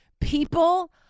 People